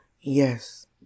Yes